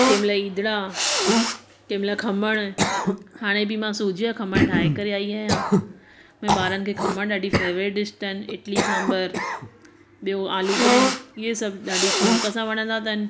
कंहिं महिल ईदड़ा कंहिं महिल खमण हाणे बि मां सूजी खा खमण ठाहे करे आई आहियां मुंहिंजे ॿारनि खे खमण ॾाढी फेवरेट डिश अथनि इटली सांभर ॿियों आलू पुरी इहे सभु ॾाढी शौक़ सां वणंदा अथनि